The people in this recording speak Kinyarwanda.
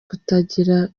kutagira